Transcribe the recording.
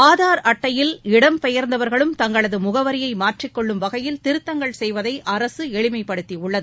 ஆதார் அட்டையில் இடம் பெயர்ந்தவர்களும் தங்களது முகவரியை மாற்றிக் கொள்ளும் வகையில் திருத்தங்கள் செய்வதை அரசு எளிமைப்படுத்தியுள்ளது